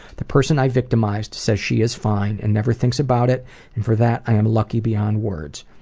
the person i victimised says she is fine and never thinks about it and for that i am lucky beyond words.